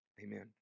Amen